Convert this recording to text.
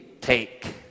take